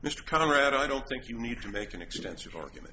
mr conrad i don't think you need to make an extensive argument